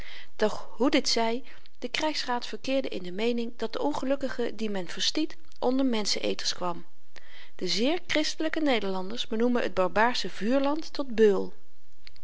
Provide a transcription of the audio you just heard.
doch hoe dit zy de krygsraad verkeerde in de meening dat de ongelukkige dien men verstiet onder menschenëters kwam de zeer christelyke nederlanders benoemen t barbaarsche vuurland tot beul